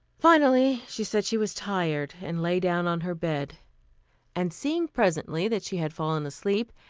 finally she said she was tired and lay down on her bed and seeing presently that she had fallen asleep,